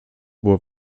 było